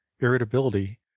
irritability